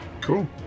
Cool